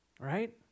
right